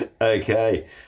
Okay